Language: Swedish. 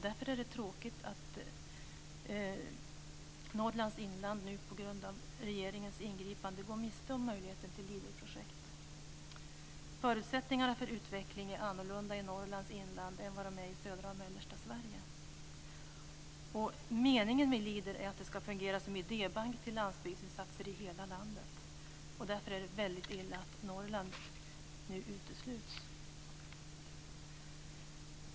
Därför är det tråkigt att Norrlands inland nu på grund av regeringens ingripande går miste om möjligheten till Förutsättningarna för utveckling är annorlunda i Norrlands inland än vad de är i södra och mellersta Meningen med Leader är att det ska fungera som en idébank till landsbygdsinsatser i hela landet. Därför är det mycket illa att Norrland nu utesluts.